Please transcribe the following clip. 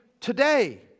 today